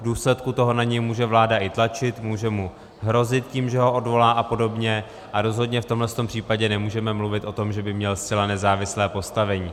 V důsledku toho na něj může vláda i tlačit, může mu hrozit tím, že ho odvolá a podobně, a rozhodně v tomhle případě nemůžeme mluvit o tom, že by měl zcela nezávislé postavení.